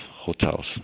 hotels